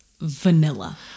Vanilla